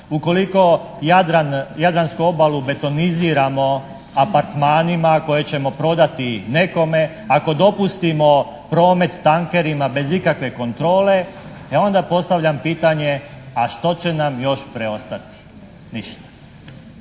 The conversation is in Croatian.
Jadran, Jadransku obalu betoniziramo apartmanima koje ćemo prodati nekome, ako dopustimo promet tankerima bez ikakve kontrole, e onda postavljam pitanje a što će nam još preostati? Ništa.